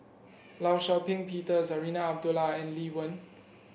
Law Shau Ping Peter Zarinah Abdullah and Lee Wen